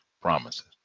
promises